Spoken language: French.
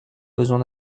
besoin